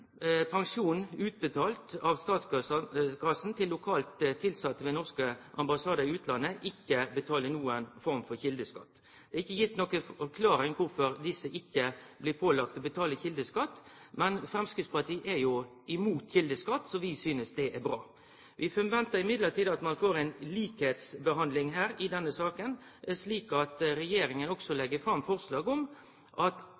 pensjon utbetalt av statskassa til lokalt tilsette ved norske ambassadar i utlandet, ikkje blir betalt noka form for kjeldeskatt. Det er ikkje gitt noka forklaring på kvifor desse ikkje blir pålagde å betale kjeldeskatt, men Framstegspartiet er jo imot kjeldeskatt, så vi synest det er bra. Vi forventar likevel at vi får ei likebehandling i denne saka, slik at regjeringa også legg fram forslag om at